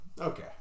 Okay